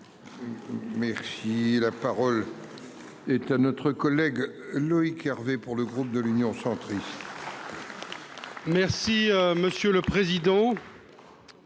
Merci la parole. Est à notre collègue Loïc Hervé, pour le groupe de l'Union centriste. Merci monsieur le président.